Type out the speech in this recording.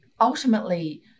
ultimately